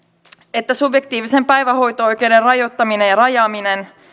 että subjektiivisen päivähoito oikeuden rajoittaminen ja rajaaminen